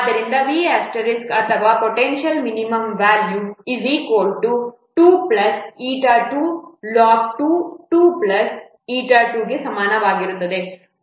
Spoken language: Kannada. ಆದ್ದರಿಂದ V ಅಥವಾ potential minimum volume V 2 η2log22 η2 ಗೆ ಸಮನಾಗಿರುತ್ತದೆ